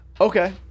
Okay